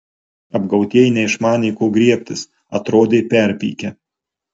apgautieji neišmanė ko griebtis atrodė perpykę